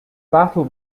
battle